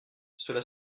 cela